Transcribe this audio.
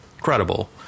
Credible